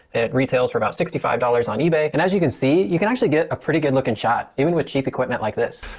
it retails for about sixty five dollars on ebay. and as you can see, you can actually get a pretty good looking shot even with cheap equipment like this.